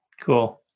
Cool